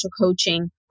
coaching